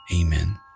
Amen